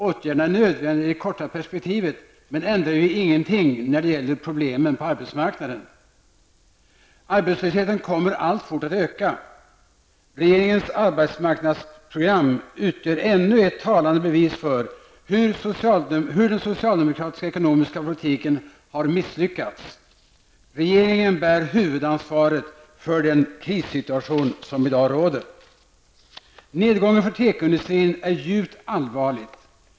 Åtgärderna är nödvändiga i det korta perspektivet, men ändå är det ju ingenting när det gäller problemen på arbetsmarknaden. Arbetslösheten kommer alltfort att öka. Regeringens arbetsmarknadsprogram utgör ännu ett talande bevis för hur den socialdemokratiska ekonomiska politiken har misslyckats. Regeringen bär huvudansvaret för den krissituation som i dag råder. Nedgången för tekoindustrin är djupt allvarlig.